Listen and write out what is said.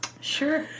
Sure